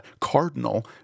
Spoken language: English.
Cardinal